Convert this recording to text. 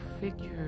figure